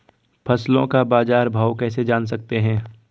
फसलों का बाज़ार भाव कैसे जान सकते हैं?